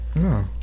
No